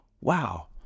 wow